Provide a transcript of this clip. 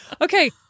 Okay